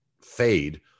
fade